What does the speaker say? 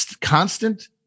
constant